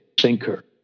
thinker